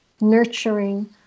nurturing